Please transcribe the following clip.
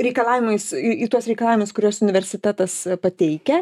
reikalavimais į tuos reikalavimus kuriuos universitetas pateikia